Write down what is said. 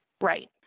Right